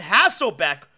Hasselbeck